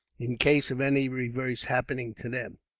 in case of any reverse happening to them.